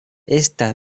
esta